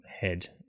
head